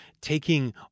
taking